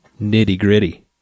nitty-gritty